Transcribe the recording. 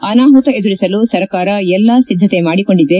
ಅನಾಹುತ ಎದುರಿಸಲು ಸರ್ಕಾರ ಎಲ್ಲಾ ಸಿದ್ದತೆ ಮಾಡಿಕೊಂಡಿದೆ